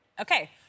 Okay